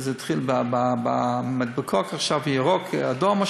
התחיל במדבקות בירוק ובאדום,